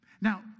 Now